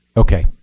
ok.